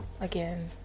again